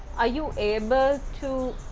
are you able to.